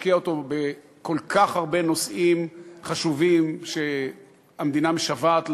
נשקיע אותו בכל כך הרבה נושאים חשובים שהמדינה משוועת להם.